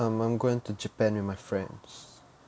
um I'm going to japan with my friends